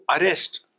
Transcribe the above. arrest